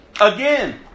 Again